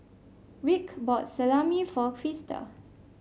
Rick bought Salami for Krysta